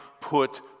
put